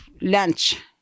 lunch